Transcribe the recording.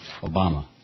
Obama